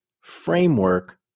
framework